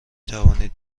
توانید